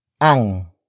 Ang